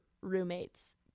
roommates